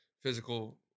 physical